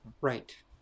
Right